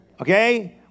Okay